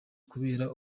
kubera